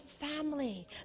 family